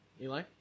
eli